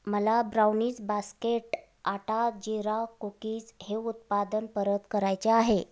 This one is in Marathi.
मला ब्राउनीज बास्केट आटा जिरा कुकीज हे उत्पादन परत करायचे आहे